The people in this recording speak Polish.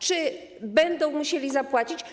Czy będą musieli zapłacić?